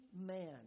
man